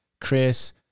chris